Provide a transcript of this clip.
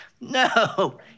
No